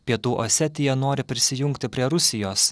pietų osetija nori prisijungti prie rusijos